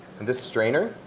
in this strainer.